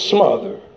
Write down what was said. Smother